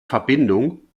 verbindung